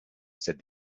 said